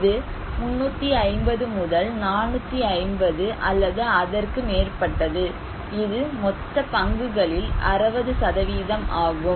இது 350 முதல் 450 அல்லது அதற்கு மேற்பட்டது இது மொத்த பங்குகளில் 60 ஆகும்